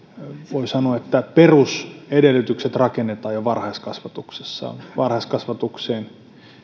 voi sanoa perusedellytykset rakennetaan jo varhaiskasvatuksessa varhaiskasvatukseen